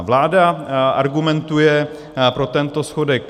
Vláda argumentuje pro tento schodek...